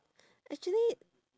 actually